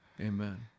Amen